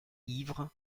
ivre